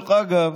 דרך אגב,